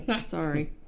sorry